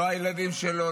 לא הילדים שלו,